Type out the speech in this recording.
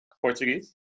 Portuguese